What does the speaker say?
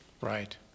Right